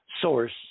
source